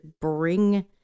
bring